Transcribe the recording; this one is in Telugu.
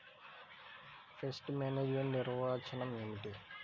పెస్ట్ మేనేజ్మెంట్ నిర్వచనం ఏమిటి?